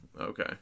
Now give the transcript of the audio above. Okay